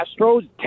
Astros